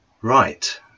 Right